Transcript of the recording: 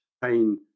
pain